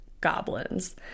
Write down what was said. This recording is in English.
goblins